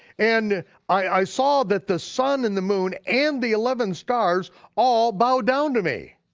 and i saw that the sun and the moon and the eleven stars all bowed down to me.